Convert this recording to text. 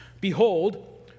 Behold